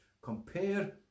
compare